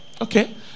Okay